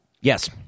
Yes